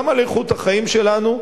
וגם על איכות החיים שלנו,